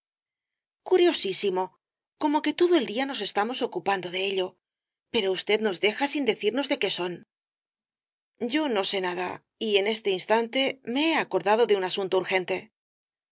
curiosísimo como que todo el día nos estamos ocupando de ello pero usted nos deja sin decirnos de qué son yo no sé nada y en este instante me he acordado de un asunto urgente